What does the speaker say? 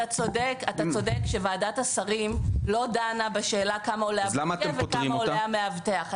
אתה צודק שוועדת השרים לא דנה בשאלה כמה עולה הבוטקה וכמה עולה המאבטח.